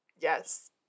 Yes